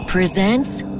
presents